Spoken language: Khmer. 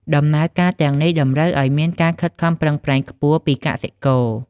ដំណើរការទាំងនេះ តម្រូវឱ្យមានការខិតខំប្រឹងប្រែងខ្ពស់ពីកសិករ។